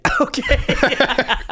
Okay